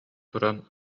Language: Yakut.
туран